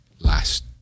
last